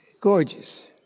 gorgeous